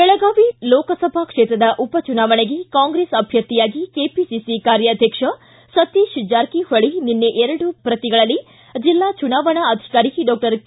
ಬೆಳಗಾವಿ ಲೋಕಸಭಾ ಕ್ಷೇತ್ರದ ಉಪ ಚುನಾವಣೆಗೆ ಕಾಂಗ್ರೆಸ್ ಅಭ್ಯರ್ಥಿಯಾಗಿ ಕೆಪಿಸಿಸಿ ಕಾರ್ಯಾಧ್ಯಕ್ಷ ಸತೀತ್ ಜಾರಕಿಹೊಳ ನಿನ್ನೆ ಎರಡು ಪ್ರತಿಗಳಲ್ಲಿ ಜಿಲ್ಲಾ ಚುನಾವಣಾಧಿಕಾರಿ ಡಾಕ್ಷರ್ ಕೆ